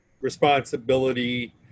responsibility